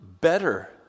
better